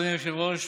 אדוני היושב-ראש,